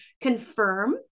confirm